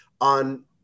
on